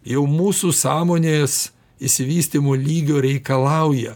jau mūsų sąmonės išsivystymo lygio reikalauja